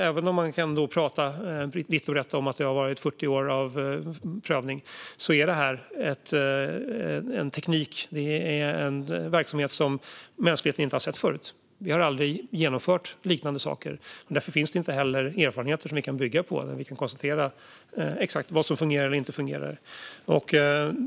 Även om man kan prata vitt och brett om att det har varit 40 år av prövning är detta en teknik och en verksamhet som mänskligheten inte har sett förut. Vi har aldrig genomfört liknande saker, och därför finns det inte heller några erfarenheter som vi kan bygga på eller som gör att vi kan konstatera exakt vad som fungerar eller inte fungerar.